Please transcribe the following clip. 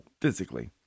Physically